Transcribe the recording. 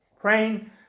praying